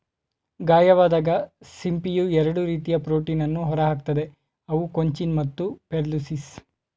ಗಾಯವಾದಾಗ ಸಿಂಪಿಯು ಎರಡು ರೀತಿಯ ಪ್ರೋಟೀನನ್ನು ಹೊರಹಾಕ್ತದೆ ಅವು ಕೊಂಚಿನ್ ಮತ್ತು ಪೆರ್ಲುಸಿನ್